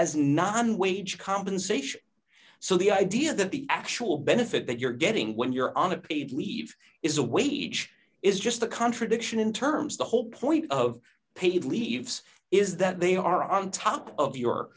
not on wage compensation so the idea that the actual benefit that you're getting when you're on a paid leave is a wage is just a contradiction in terms the whole point of paid leave is that they are on top of your